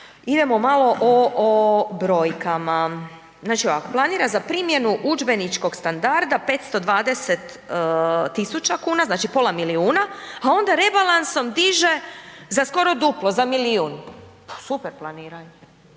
idemo malo o, o brojkama, znači planira za primjenu udžbeničkog standarda 520.000,00 kn, znači pola milijuna, a onda rebalansom diže za skoro duplo, za milijun, super planiranje,